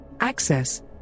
Access